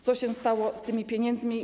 Co się stało z tymi pieniędzmi?